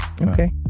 Okay